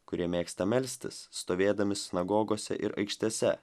kurie mėgsta melstis stovėdami sinagogose ir aikštėse